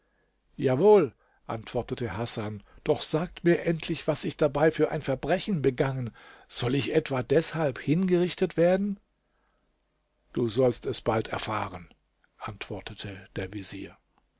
jawohl antwortete hasan doch sagt mir endlich was ich dabei für ein verbrechen begangen soll ich etwa deshalb hingerichtet werden du sollst es bald erfahren antwortete der vezier